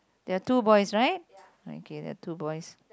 there are two boys right okay there are two boys